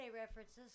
references